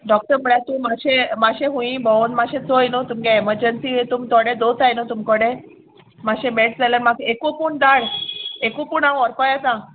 doctor म्हुळ्यार तूं मातशें मातशें हुंयी भोवोन मातशें चोय न्हू तुमगे एमर्जंसी तुम थोडे दोत्ताय न्हू तुमकोडे मातशें मेळटा जाल्यार म्हाका एकू पूण धाड एकू पूण हांव व्होरपा येतां